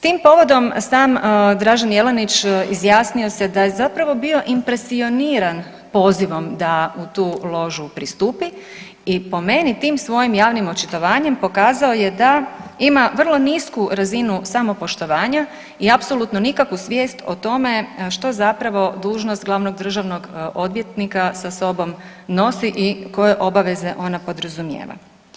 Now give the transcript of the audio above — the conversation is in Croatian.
Tim povodim sam Dražen Jelenić izjasnio se da je zapravo bio impresioniran pozivom da u tu ložu pristupi i po meni tim svojim javnim očitovanjem pokazao je da ima vrlo nisku razinu samopoštovanja i apsolutno nikakvu svijest o tome što zapravo dužnost glavnog državnog odvjetnika sa sobom nosi i koje obaveze ona podrazumijeva.